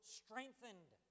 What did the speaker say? strengthened